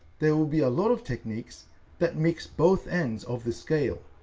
there will be a lot of techniques that mix both ends of the scale.